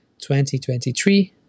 2023